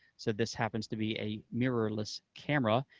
so this happens to be a mirrorless camera.